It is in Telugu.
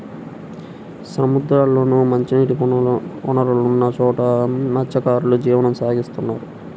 సముద్రాల్లోనూ, మంచినీటి వనరులున్న చోట మత్స్యకారులు జీవనం సాగిత్తుంటారు